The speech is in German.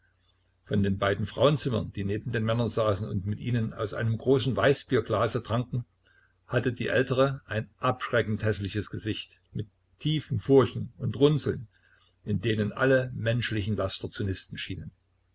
von den beiden frauenzimmern die neben den männern saßen und mit ihnen aus einem großen weißbierglase tranken hatte die ältere ein abschleckend häßliches gesicht mit tiefen furchen und runzeln in denen alle menschlichen laster zu nisten schienen